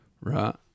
Right